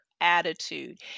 Attitude